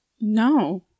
No